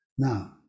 Now